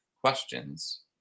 questions